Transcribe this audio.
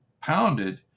pounded